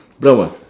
brown ah